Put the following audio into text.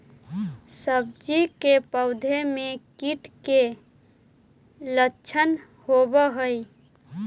सब्जी के पौधो मे कीट के लच्छन होबहय?